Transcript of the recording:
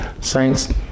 Saints